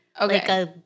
Okay